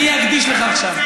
אני אקדיש לך עכשיו.